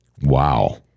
wow